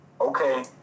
Okay